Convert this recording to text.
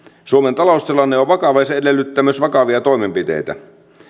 suomen taloustilanne on vakava ja se edellyttää myös vakavia toimenpiteitä